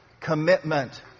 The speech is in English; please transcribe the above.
Commitment